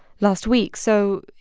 last week. so,